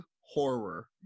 horror